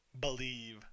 Believe